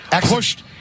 pushed